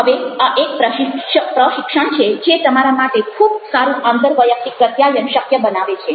હવે આ એક પ્રશિક્ષણ છે જે તમારા માટે ખૂબ સારું આંતરવૈયક્તિક પ્રત્યાયન શક્ય બનાવે છે